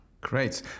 Great